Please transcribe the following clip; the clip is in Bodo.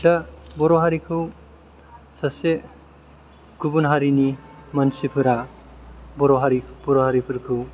दा बर' हारिखौ सासे गुबुन हारिनि मानसिफोरा बर' हारिफोरखौ